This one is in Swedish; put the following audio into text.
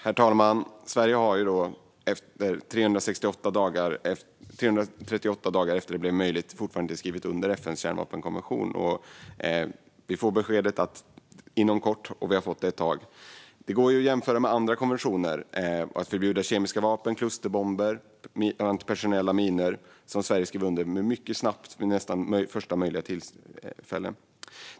Herr talman! Sverige har, 338 dagar efter att det blev möjligt, fortfarande inte skrivit under FN:s kärnvapenkonvention. Vi får beskedet att det ska ske inom kort och har fått det ett tag. Det går att jämföra med andra konventioner - att förbjuda kemiska vapen, klusterbomber och antipersonella minor - som Sverige skrev under mycket snabbt, nästan vid första möjliga tillfälle.